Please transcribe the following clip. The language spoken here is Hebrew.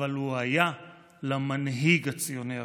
אבל הוא היה למנהיג הציוני הראשון.